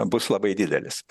bus labai didelis